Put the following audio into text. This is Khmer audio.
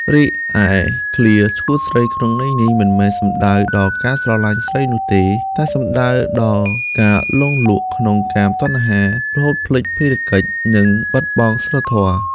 រីឯឃ្លា ឆ្កួតស្រី ក្នុងន័យនេះមិនមែនសំដៅដល់ការស្រឡាញ់ស្រីនោះទេ តែសំដៅដល់ការលង់លក់ក្នុងកាមតណ្ហា រហូតភ្លេចភារកិច្ច និងបាត់បង់សីលធម៌។